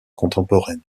contemporaine